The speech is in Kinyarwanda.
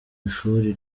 ishuri